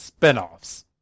spinoffs